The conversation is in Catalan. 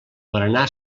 berenar